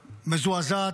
מזועזעת,